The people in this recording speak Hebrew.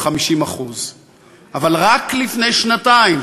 50%. אבל רק לפני שנתיים,